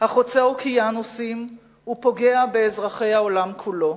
החוצה אוקיינוסים ופוגע באזרחי העולם כולו.